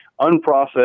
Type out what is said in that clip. unprocessed